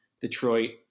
Detroit